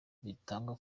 bitangwa